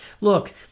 Look